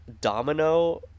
domino